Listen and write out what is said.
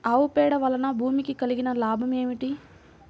ఆవు పేడ వలన భూమికి కలిగిన లాభం ఏమిటి?